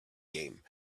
game